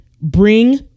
Bring